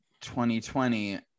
2020